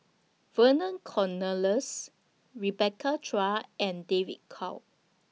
Vernon Cornelius Rebecca Chua and David Kwo